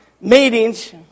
meetings